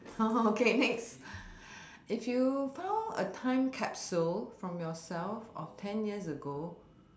okay next if you found a time capsule from yourself of ten years ago